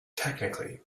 technically